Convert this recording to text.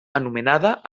anomenada